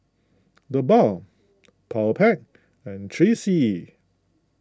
the Balm Powerpac and three C E